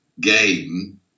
game